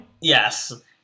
Yes